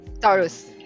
Taurus